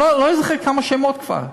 אני לא זוכר כמה שמות כבר.